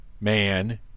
Man